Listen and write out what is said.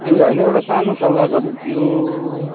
ए होइन एउटा सानो सल्लाह गर्नु थियो